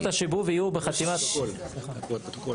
השיבוב יהיו בחתימת --- בחתימת רופא,